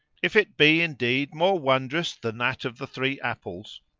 if it be indeed more wondrous than that of the three apples,